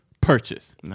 purchase